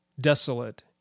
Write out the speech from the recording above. desolate